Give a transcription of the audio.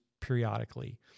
periodically